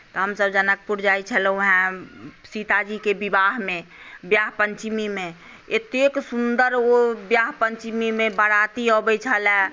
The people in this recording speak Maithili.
तऽ हमसभ जनकपुर जाइत छलहुँ हेँ सीताजीके विवाहमे विवाह पञ्चमीमे एतेक सुन्दर ओ विवाह पञ्चमीमे बाराती अबैत छलए